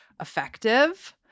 effective